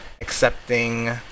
accepting